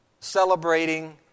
Celebrating